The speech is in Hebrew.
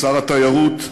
שר התיירות,